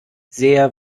sehr